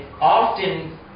often